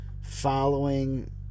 following